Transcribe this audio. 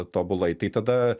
tobulai tai tada